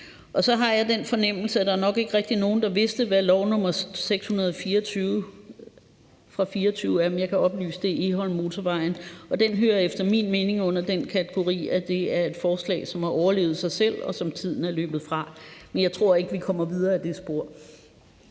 Så har jeg den fornemmelse, at der nok ikke rigtig er nogen, der vidste, hvad lov nr. 624 fra 2024 er, men jeg kan oplyse, at det er Egholmmotorvejen, og den hører efter min mening under den kategori af forslag, som har overlevet sig selv, og som tiden er løbet fra. Men jeg tror ikke, vi kommer videre ad det spor.